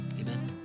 amen